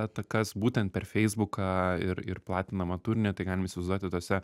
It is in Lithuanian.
atakas būtent per feisbuką ir ir platinamą turinį tai galim įsivaizduoti tose